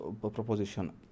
proposition